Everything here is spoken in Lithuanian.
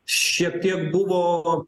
šiek tiek buvo